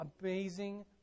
amazing